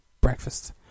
breakfast